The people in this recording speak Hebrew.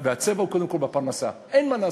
והצבע הוא קודם כול בפרנסה, אין מה לעשות,